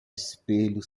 espelho